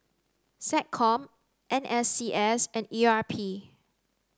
SecCom N S C S and E R P